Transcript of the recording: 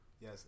Yes